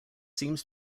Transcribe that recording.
seems